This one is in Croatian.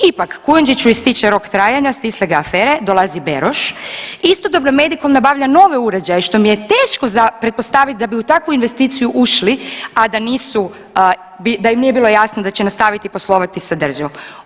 Ipak Kujundžiću ističe rok trajanja, stisle ga afere, dolazi Beroš, istodobno Medikol nabavlja nove uređaje što mi je teško za pretpostaviti da bi u takvu investiciju ušli, a da nisu, da im nije bilo jasno da će nastaviti poslovati sa državom.